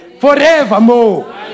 forevermore